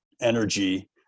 energy